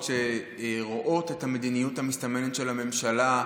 שרואות את המדיניות המסתמנת של הממשלה,